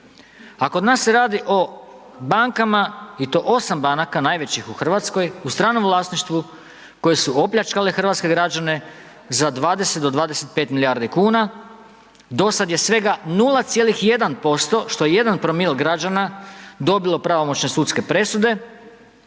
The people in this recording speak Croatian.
A kod nas se radi o bankama i to 8 banaka najvećih u RH u stranom vlasništvu koje su opljačkale hrvatske građane za 20 do 25 milijardi kuna. Do sad je svega 0,1%, što je 1 promil građana dobilo pravomoćne sudske presude